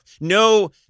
No